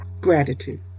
gratitude